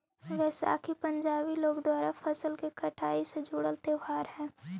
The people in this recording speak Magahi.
बैसाखी पंजाबी लोग द्वारा फसल के कटाई से जुड़ल त्योहार हइ